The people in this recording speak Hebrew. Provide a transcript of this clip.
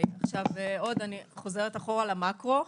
אני חוזרת אחורה למקרו.